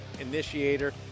initiator